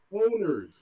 owners